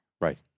Right